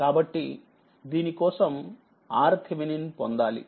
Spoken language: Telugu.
కాబట్టిదీని కోసం RTh పొందాలి